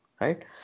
right